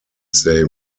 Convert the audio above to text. they